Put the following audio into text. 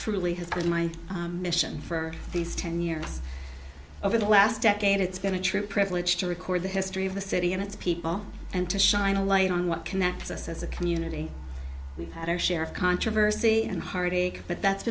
truly has been my mission for these ten years over the last decade it's going to true privilege to record the history of the city and its people and to shine a light on what connects us as a community we've had our share of controversy and heartache but that's